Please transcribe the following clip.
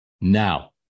Now